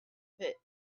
pit